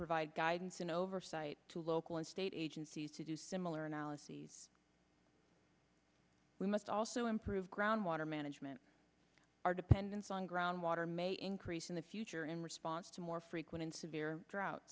provide guidance and oversight to local and state agencies to do similar analyses we must also improve groundwater management our dependence on groundwater may increase in the future in response to more frequent and severe drought